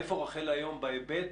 איפה רח"ל היום בהיבט